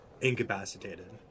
incapacitated